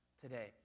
today